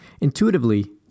Intuitively